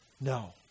no